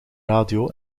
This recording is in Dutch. radio